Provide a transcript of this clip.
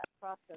process